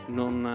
non